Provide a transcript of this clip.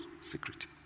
Secret